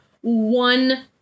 one